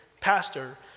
pastor